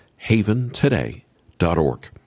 haventoday.org